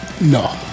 No